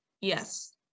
yes